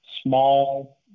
small